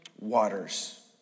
waters